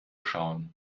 schauen